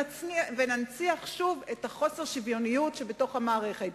וננציח שוב את חוסר השוויוניות שבמערכת.